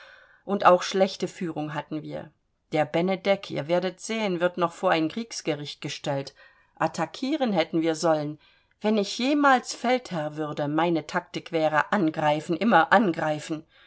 und auch schlechte führung hatten wir der benedek ihr werdet sehen wird noch vor ein kriegsgericht gestellt attakieren hätten wir sollen wenn ich jemals feldherr würde meine taktik wäre angreifen immer angreifen